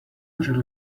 really